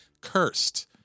cursed